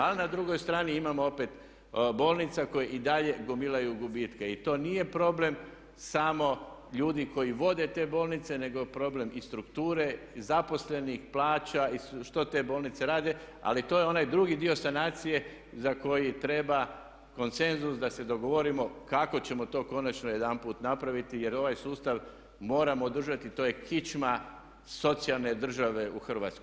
Ali na drugoj strani imamo opet bolnica koje i dalje gomilaju gubitke i to nije problem samo ljudi koji vode te bolnice nego je problem i strukture, zaposlenih, plaća i što te bolnice rade ali to je onaj drugi dio sanacije za koji treba konsenzus da se dogovorimo kako ćemo to konačno jedanput napraviti jer ovaj sustav moramo održati, to je kičma socijalne države u Hrvatskoj.